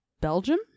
Belgium